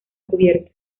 cubierta